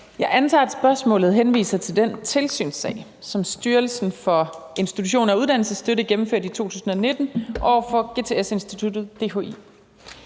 Jeg antager, at spørgsmålet henviser til den tilsynssag, som Styrelsen for Institutioner og Uddannelsesstøtte gennemførte i 2019 over for GTS-instituttet DHI.